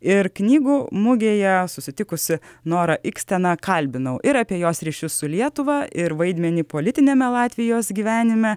ir knygų mugėje susitikusi norą iksteną kalbinau ir apie jos ryšius su lietuvą ir vaidmenį politiniame latvijos gyvenime